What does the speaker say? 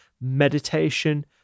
meditation